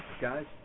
Guys